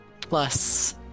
plus